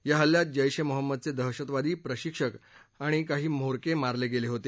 या हल्ल्यात जैश ए मोहम्मदचे दहशतवादी प्रशिक्षक आणि काही म्होरके मारले गेले होते